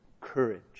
courage